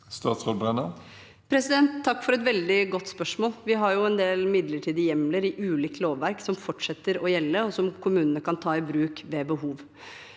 Tonje Brenna Takk for et vel- dig godt spørsmål. Vi har jo en del midlertidige hjemler i ulikt lovverk som fortsetter å gjelde, og som kommunene kan ta i bruk ved behov.